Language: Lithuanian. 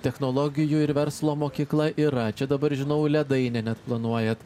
technologijų ir verslo mokykla yra čia dabar žinau ledainę net planuojat